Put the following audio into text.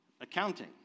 accounting